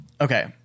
Okay